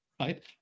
right